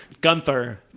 Gunther